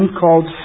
called